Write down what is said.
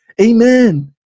Amen